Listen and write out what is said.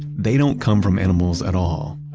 they don't come from animals at all.